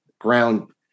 Ground